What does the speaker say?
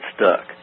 stuck